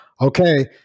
okay